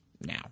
now